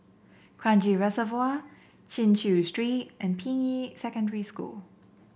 Kranji Reservoir Chin Chew Street and Ping Yi Secondary School